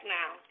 now